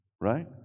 right